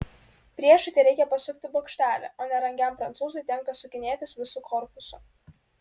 priešui tereikia pasukti bokštelį o nerangiam prancūzui tenka sukinėtis visu korpusu